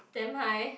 damn high